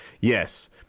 yes